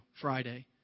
Friday